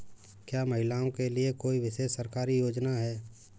क्या महिलाओं के लिए कोई विशेष सरकारी योजना है?